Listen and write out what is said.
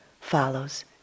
follows